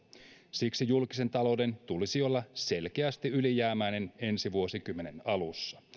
siksi julkisen talouden tulisi olla selkeästi ylijäämäinen ensi vuosikymmenen alussa